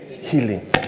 healing